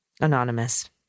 Anonymous